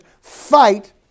Fight